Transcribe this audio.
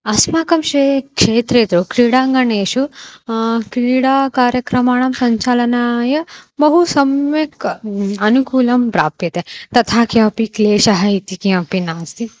अस्माकं शे क्षेत्रे तु क्रीडाङ्गणेषु क्रीडाकार्यक्रमाणां सञ्चालनाय बहु सम्यक् अनुकूलं प्राप्यते तथा किमपि क्लेशः इति किमपि नास्ति